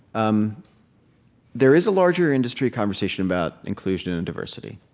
um there is a larger industry conversation about inclusion and diversity.